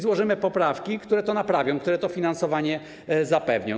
Złożymy poprawki, które to naprawią, które to finansowanie zapewnią.